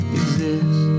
exist